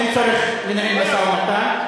אין צורך לנהל משא-ומתן,